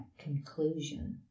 conclusion